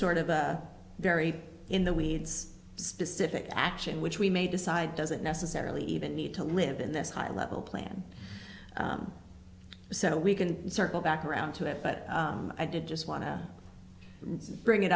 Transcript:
sort of a very in the weeds specific action which we may decide doesn't necessarily even need to live in this high level plan so we can circle back around to it but i did just want to bring it